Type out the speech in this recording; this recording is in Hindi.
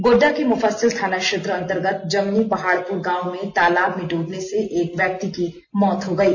गोड्डा के मुफस्सिल थाना क्षेत्र अंतर्गत जमीन पहाड़पुर गांव में तालाब में ड्रबने से एक व्यक्ति की मौत हो गयी